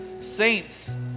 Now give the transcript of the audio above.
saints